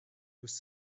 was